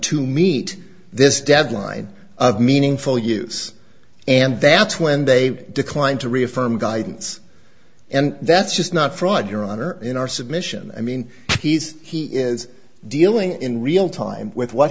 to meet this deadline of meaningful use and that's when they declined to reaffirm guidance and that's just not fraud your honor in our submission i mean he's he is dealing in real time with what